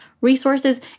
resources